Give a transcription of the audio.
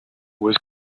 was